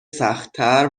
سختتر